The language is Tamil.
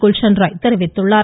குல்ஷன் ராய் தெரிவித்துள்ளார்